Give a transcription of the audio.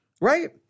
right